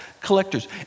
collectors